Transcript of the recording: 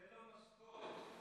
אז תן לו משכורת,